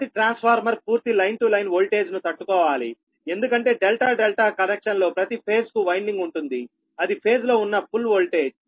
ప్రతి ట్రాన్స్ఫార్మర్ పూర్తి line to line వోల్టేజ్ను తట్టుకోవాలిఎందుకంటే డెల్టా డెల్టా కనెక్షన్ లో ప్రతి ఫేజ్ కు వైన్డింగ్ ఉంటుంది అది ఫేజ్ లో ఉన్న ఫుల్ వోల్టేజ్